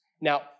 Now